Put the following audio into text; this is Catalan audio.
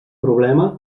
problema